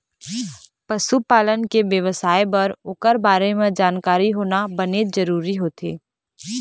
पशु पालन के बेवसाय बर ओखर बारे म जानकारी होना बनेच जरूरी होथे